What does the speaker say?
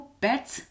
pets